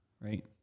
right